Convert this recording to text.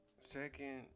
second